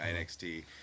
NXT